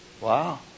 Wow